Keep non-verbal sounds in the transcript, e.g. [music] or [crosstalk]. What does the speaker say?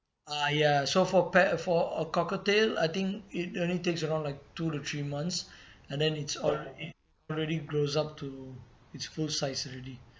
ah ya so for pa~ for a cockatiel I think it only takes around like two to three months and then it's already it already grows up to its full size already [breath]